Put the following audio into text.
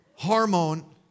hormone